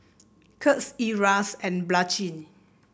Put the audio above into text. Kurt Ezra and Blanchie